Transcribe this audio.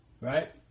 right